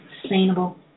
sustainable